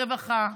ברווחה,